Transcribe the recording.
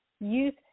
youth